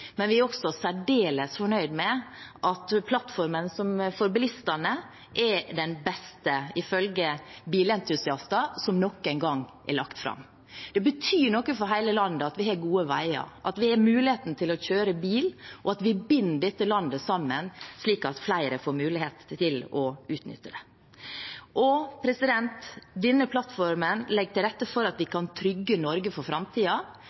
men vi er også særdeles fornøyd med at plattformen for bilistene er den beste som noen gang er lagt fram, ifølge bilentusiaster. Det betyr noe for hele landet at vi har gode veier, at vi har muligheten til å kjøre bil, og at vi binder dette landet sammen slik at flere får mulighet til å utnytte det. Denne plattformen legger til rette for at vi kan trygge Norge for